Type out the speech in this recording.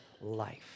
life